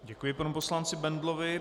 Děkuji panu poslanci Bendlovi.